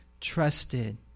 trusted